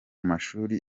mashuri